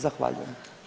Zahvaljujem.